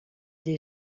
des